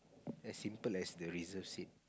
as simple as the reserve seat